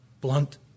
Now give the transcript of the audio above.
blunt